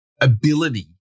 ability